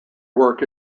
work